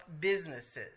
businesses